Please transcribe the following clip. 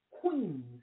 queens